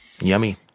Yummy